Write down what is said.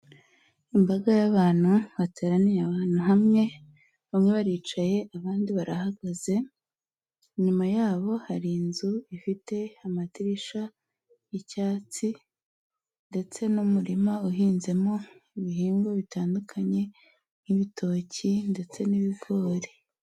Imbaga y'abantu bateraniye ahantu hamwe, bamwe baricaye abandi barahagaze, inyuma yabo hari inzu ifite amadirisha y'icyatsi ndetse n'umurima uhinzemo ibihingwa bitandukanye nk'ibitoki ndetse n'ibigori.